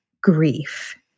grief